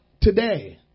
today